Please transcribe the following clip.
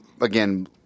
again